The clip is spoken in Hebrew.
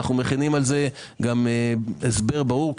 אנו מכינים על זה הסבר ברור.